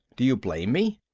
do you blame me?